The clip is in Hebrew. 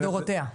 לדורותיה.